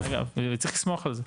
וצריך לשמוח על זה.